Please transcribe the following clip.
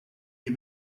you